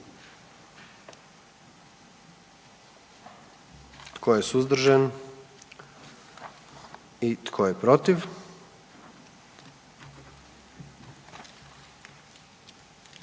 Tko je suzdržan? I tko je protiv?